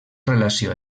relació